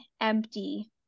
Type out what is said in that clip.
empty